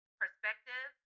perspective